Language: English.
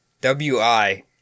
WI